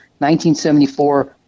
1974